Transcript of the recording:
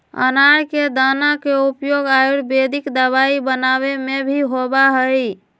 अनार के दाना के उपयोग आयुर्वेदिक दवाई बनावे में भी होबा हई